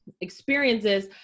experiences